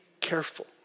careful